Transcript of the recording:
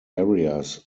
areas